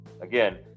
Again